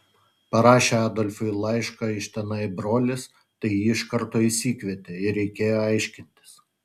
parašė adolfui laišką iš tenai brolis tai jį iš karto išsikvietė ir reikėjo aiškintis